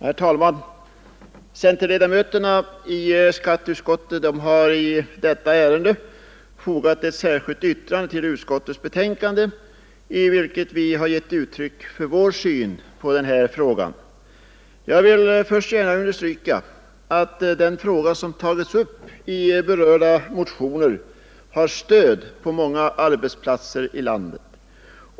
Herr talman! Centerledamöterna i skatteutskottet har i detta ärende fogat ett särskilt yttrande till utskottets betänkande, vari vi ger uttryck för vår syn på denna fråga. Jag vill först gärna understryka att det förslag som förts fram i berörda motioner har stöd på många arbetsplatser i landet.